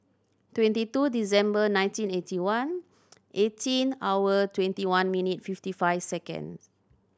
twenty two December nineteen eighty one eighteen hour twenty one minute fifty five seconds